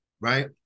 right